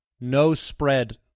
no-spread